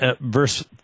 verse